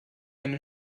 eine